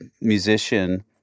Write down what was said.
musician